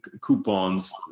coupons